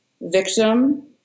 victim